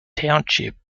township